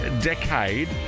decade